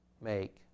make